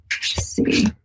see